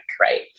right